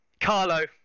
carlo